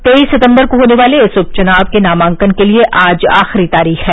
तेईस सितम्बर को होने वाले इस उपचुनाव के नामांकन के लिये आज आखिरी तारीख है